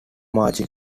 margin